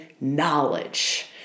knowledge